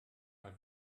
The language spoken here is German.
mal